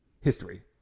History